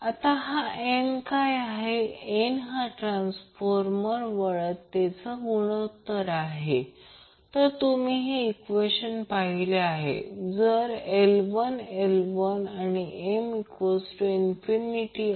आता जेव्हा I I0 √ 2 म्हणतो तेव्हा जर ही power loss P P I I0 √ 2 असेल तर ते होईल I0 2R 2 म्हणजे ते 12 P 2 असेल